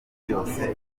byose